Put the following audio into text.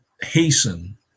hasten